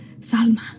Salma